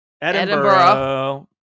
Edinburgh